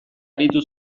aritu